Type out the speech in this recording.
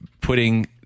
putting